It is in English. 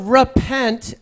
repent